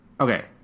okay